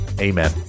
amen